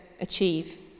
achieve